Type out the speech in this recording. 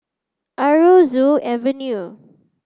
Aroozoo Avenue